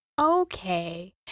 Okay